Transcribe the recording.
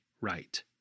right